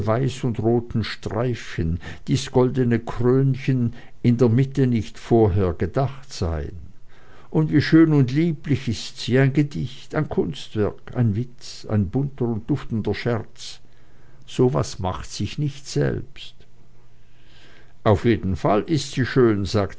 und roten streifchen dies goldene krönchen in der mitte nicht vorhergedacht seien und wie schön und lieblich ist sie ein gedicht ein kunstwerk ein witz ein bunter und duftender scherz so was macht sich nicht selbst auf jeden fall ist sie schön sagte